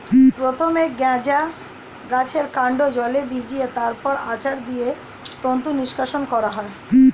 প্রথমে গাঁজা গাছের কান্ড জলে ভিজিয়ে তারপর আছাড় দিয়ে তন্তু নিষ্কাশণ করা হয়